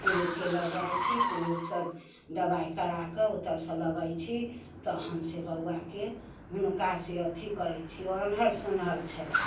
पुरुषके लऽ जाइ छी पुरुष सब दबाइ कराकऽ ओतऽसँ लबै छी तहनसँ बौआकऽ हुनकासँ अथी करै छी आँन्हर सुँन्हर छथि